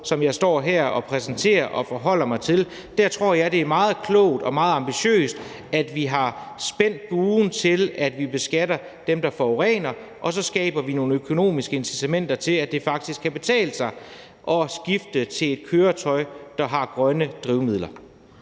som jeg står her og præsenterer og forholder mig til, tror jeg, det er meget klogt og meget ambitiøst, at vi har spændt buen efter, at vi beskatter dem, der forurener, og så skaber vi nogle økonomiske incitamenter, der gør, at det faktisk kan betale sig at skifte til et køretøj, der kører på grønne drivmidler.